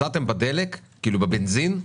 מצאתם בבנזין,